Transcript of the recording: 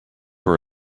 were